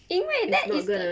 因为 that is the